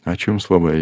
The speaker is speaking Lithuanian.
ačiū jums labai